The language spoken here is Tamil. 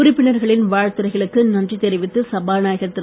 உறுப்பினர்களின் வாழ்த்துரைகளுக்கு நன்றி தெரிவித்து சபாநாகர் திரு